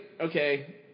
Okay